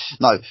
no